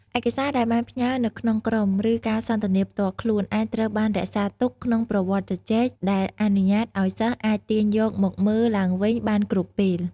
ឯកសារដែលបានផ្ញើរនៅក្នុងក្រុម ឬការសន្ទនាផ្ទាល់ខ្លួន អាចត្រូវបាន រក្សាទុក ក្នុងប្រវត្តិជជែក ដែលអនុញ្ញាតឲ្យសិស្សអាចទាញយកមកមើលឡើងវិញបានគ្រប់ពេល។